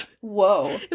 Whoa